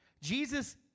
Jesus